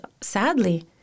sadly